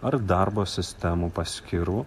ar darbo sistemų paskyrų